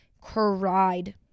cried